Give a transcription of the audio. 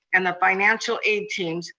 and the financial aid teams.